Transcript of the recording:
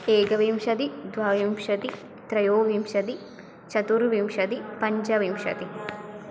एकविंशतिः द्वाविंशतिः त्रयोविंशतिः चतुर्विंशतिः पञ्चविंशतिः